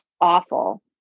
awful